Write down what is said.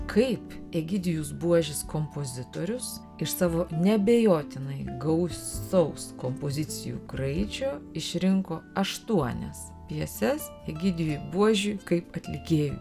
kaip egidijus buožis kompozitorius iš savo neabejotinai gausaus kompozicijų kraičio išrinko aštuonias pjeses egidijui buožiui kaip atlikėjui